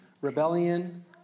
rebellion